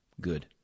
Good